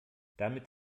damit